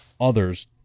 others